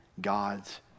God's